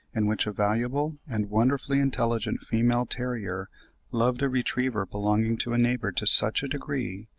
in which a valuable and wonderfully-intelligent female terrier loved a retriever belonging to a neighbour to such a degree,